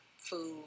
Food